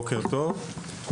בוקר טוב,